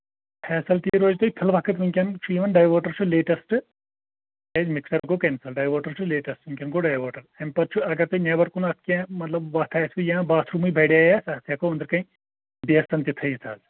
facility روزِ تۄہہِ فِل وقت وٕنکین چھُ یِوان ڈایوٲٹر چھُ لیٹیسٹ بیٚیہِ مِکسر گوٚو کینسل ڈایوٲٹر چھُ لیٹیسٹ وٕنٛکین گوٚو ڈایوٲٹر اَمہِ پَتہٕ چھُ اَگر تۄہہِ نیبر کُن اَتھ مطلب کیٚنٛہہ وَتھ آسوٕ یا باتھروٗمے بَڑے اَتھ ہٮ۪کو أنٛدرٕ کٔنۍ بیسن تہِ تھٲیِتھ حظ